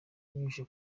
abinyujije